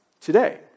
today